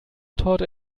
torte